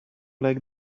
like